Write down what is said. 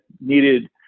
needed